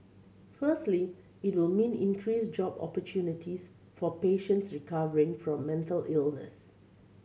firstly it will mean increased job opportunities for patients recovering from mental illness